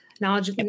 knowledge